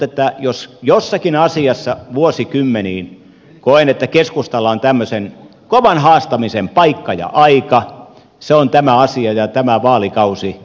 mutta jos jossakin asiassa vuosikymmeniin koen että keskustalla on tämmöisen kovan haastamisen paikka ja aika se on tämä asia ja tämä vaalikausi